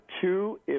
two